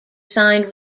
signed